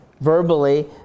verbally